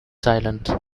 silent